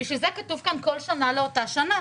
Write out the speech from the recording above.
בשביל זה כתוב כאן בכל שנה לאותה שנה.